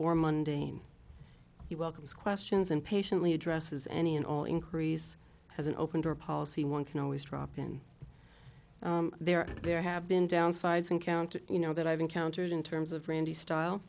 or mundine he welcomes questions and patiently addresses any and all increase has an open door policy one can always drop in there and there have been downsides encountered you know that i've encountered in terms of randy style